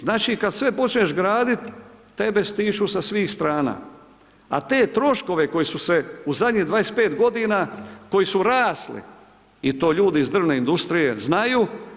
Znači kada sve počneš graditi tebe stišću sa svih strana, a te troškove koji su se u zadnjih 25 godina koji su rasli i to ljudi iz drvne industrije znaju.